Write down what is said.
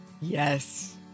yes